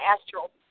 astral